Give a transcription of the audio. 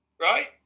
Right